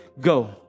go